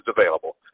available